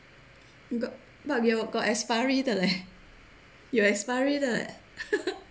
got 有 got expiry 的 leh 有 expiry 的 leh